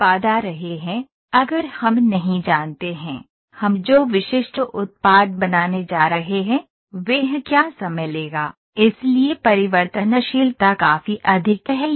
उत्पाद आ रहे हैं अगर हम नहीं जानते हैं हम जो विशिष्ट उत्पाद बनाने जा रहे हैं वह क्या समय लेगा इसलिए परिवर्तनशीलता काफी अधिक है